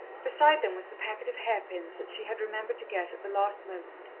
beside them was the packet of hair-pins that she had remembered to get at the last moment,